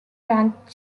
rank